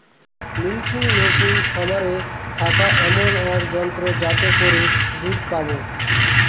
milking machine খামারে থাকা এমন এক যন্ত্র যাতে করে দুধ পাবো